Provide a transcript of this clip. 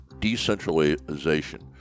decentralization